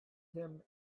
him